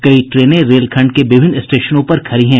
कई ट्रेनें रेलखंड के विभिन्न स्टेशनों पर खड़ी हैं